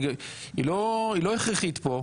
היא לא הכרחית פה.